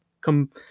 come